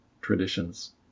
traditions